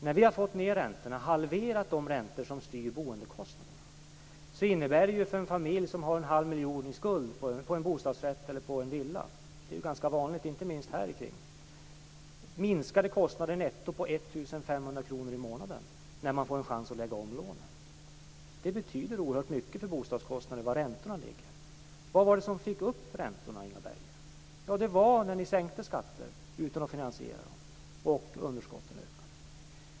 När vi har fått ned räntorna och halverat de räntor som styr boendekostnaderna innebär det minskade kostnader på 1 500 kr i månaden netto för en familj som har en halv miljon i skuld på en bostadsrätt eller en villa när man får en chans att lägga om lånen. Och det är ju ganska vanligt, inte minst här omkring. Var räntorna ligger betyder oerhört mycket för bostadskostnaderna. Vad var det som fick upp räntorna, Inga Berggren? Det var när ni sänkte skatter utan att finansiera dem och underskotten ökade.